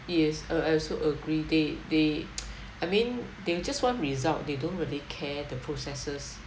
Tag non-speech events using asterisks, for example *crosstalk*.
yes uh I also agree they they *noise* I mean they just want result they don't really care the processes